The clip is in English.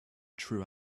true